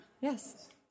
yes